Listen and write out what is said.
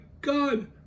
God